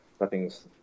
nothing's